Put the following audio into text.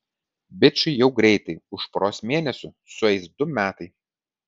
bičui jau greitai už poros mėnesių sueis du metai